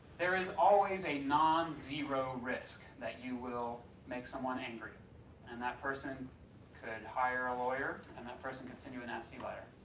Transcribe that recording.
there is always a non-zero risk that you will make someone angry and that person could hire a lawyer and that person could send you a nasty letter.